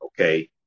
Okay